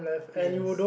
yes